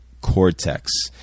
cortex